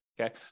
Okay